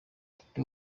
ndi